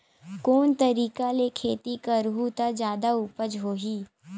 कोन तरीका ले खेती करहु त जादा उपज होही?